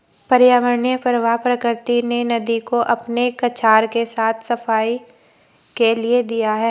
पर्यावरणीय प्रवाह प्रकृति ने नदी को अपने कछार के साफ़ सफाई के लिए दिया है